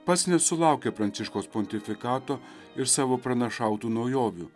pats nesulaukia pranciškaus pontifikato ir savo pranašautų naujovių